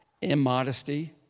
immodesty